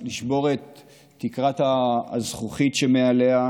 לשבור את תקרת הזכוכית שמעליה,